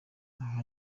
aha